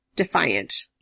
defiant